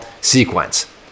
sequence